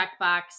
checkbox